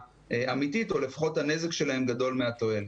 אמיתית או לפחות הנזק שלהן גדול מהתועלת.